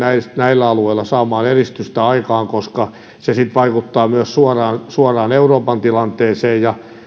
näillä alueilla saamaan edistystä aikaan koska se sitten vaikuttaa myös suoraan suoraan euroopan tilanteeseen ja minun